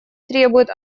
требуют